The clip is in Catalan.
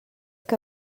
que